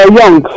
young